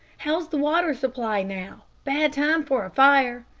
how's the water supply now? bad time for a fire.